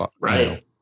Right